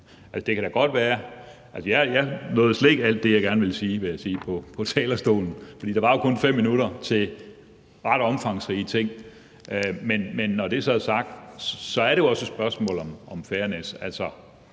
jeg nåede slet ikke at sige alt det, jeg gerne ville sige, på talerstolen, for der var jo kun 5 minutter til at dække ret omfangsrige ting. Men når det så er sagt, er det jo også et spørgsmål om fairness.